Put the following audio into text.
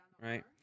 Right